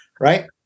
right